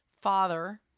father